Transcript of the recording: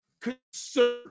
concern